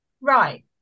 Right